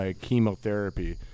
chemotherapy